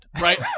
right